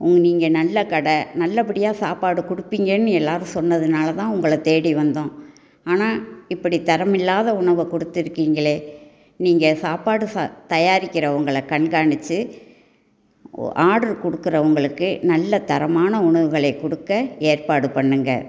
நீங்கள் நல்ல கடை நல்லபடியா சாப்பாடு கொடுப்பிங்கன்னு எல்லோரும் சொன்னதுனால் தான் உங்களை தேடி வந்தோம் ஆனால் இப்படி தரம் இல்லாத உணவை குடுத்து இருக்கிங்களே நீங்கள் சாப்பாடு தயாரிக்குறவங்கள கண்காணிச்சி ஆர்டர் கொடுக்கிறவர்களுக்கு நல்லா தரமான உணவுகளை கொடுக்க ஏற்பாடு பண்ணுங்கள்